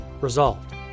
Resolved